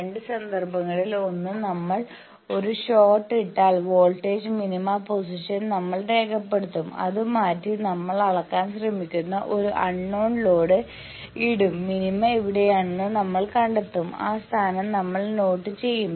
രണ്ട് സന്ദർഭങ്ങളിൽ ഒന്ന് നമ്മൾ ഒരു ഷോർട്ട് ഇട്ടാൽ വോൾട്ടേജ് മിനിമ പൊസിഷൻ നമ്മൾ രേഖപ്പെടുത്തും അത് മാറ്റി നമ്മൾ അളക്കാൻ ശ്രമിക്കുന്ന ഒരു അൺനോൺ ലോഡ് ഇടും മിനിമ എവിടെയാണെന്ന് നമ്മൾ കണ്ടെത്തും ആ സ്ഥാനം നമ്മൾ നോട്ട് ചെയ്യും